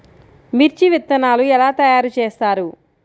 మిర్చి విత్తనాలు ఎలా తయారు చేస్తారు?